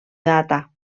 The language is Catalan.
data